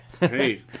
Hey